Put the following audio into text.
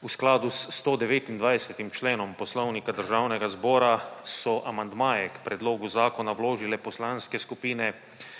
V skladu s 129. členom Poslovnika Državnega zbora so amandmaje k predlogu zakona vložile poslanske skupine